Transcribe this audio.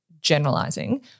generalizing